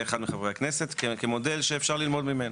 אחד מחברי הכנסת כמודל שאפשר ללמוד ממנו.